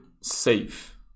safe